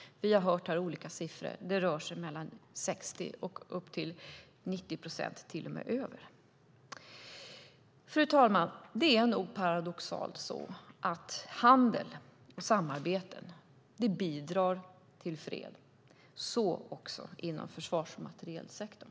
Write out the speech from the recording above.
Vi har här hört olika siffror. Det rör sig om siffror mellan 60 och 90 procent eller till och med över. Fru talman! Paradoxalt nog är det så att handel och samarbete bidrar till fred. Så är det också inom försvarsmaterielsektorn.